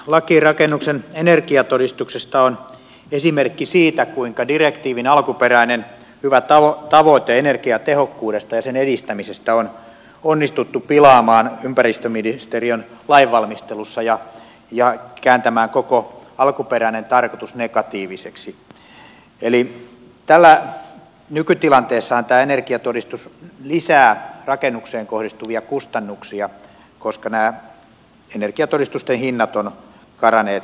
laki rakennuksen energiatodistuksesta on esimerkki siitä kuinka direktiivin alkuperäinen hyvä tavoite energiatehokkuudesta ja sen edistämisestä on onnistuttu pilaamaan ympäristöministeriön lainvalmistelussa ja kääntämään koko alkuperäinen tarkoitus negatiiviseksi eli nykytilanteessahan tämä energiatodistus lisää rakennukseen kohdistuvia kustannuksia koska nämä energiatodistusten hinnat ovat karanneet käsistä